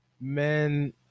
men